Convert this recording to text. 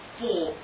four